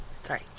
Sorry